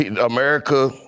America